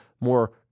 more